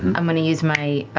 i'm going to use my